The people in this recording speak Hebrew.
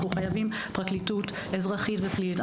אנחנו חייבים פרקליטות אזרחית ופלילית,